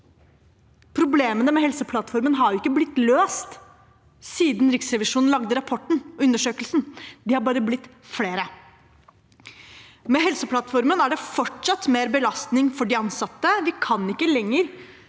Problemene med Helseplattformen har ikke blitt løst siden Riksrevisjonen gjorde undersøkelsen og lagde rapporten, de har bare blitt flere. Med Helseplattformen er det fortsatt mer belastning for de ansatte. Vi kan ikke lenger